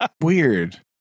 weird